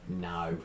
no